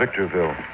Victorville